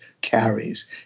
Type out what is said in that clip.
carries